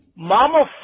Mama